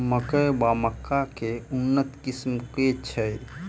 मकई वा मक्का केँ उन्नत किसिम केँ छैय?